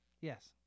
Yes